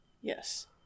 Yes